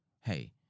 hey